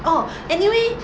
oh anyway